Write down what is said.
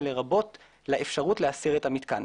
ולרבות לאפשרות להסיר את המתקן.